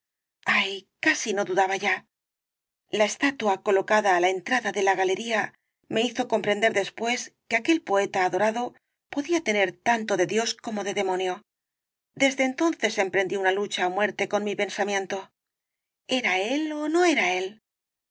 ay casi no dudaba ya la estatua colocada á la entrada de la galería me hizo comprender después que aquel poeta adorado podía tener tanto de dios como de demonio desde entonces emprendí una lucha á muerte con mi pensamiento era él ó no era él